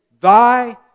Thy